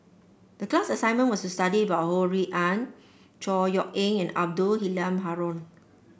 the class assignment was to study about Ho Rui An Chor Yeok Eng and Abdul Halim Haron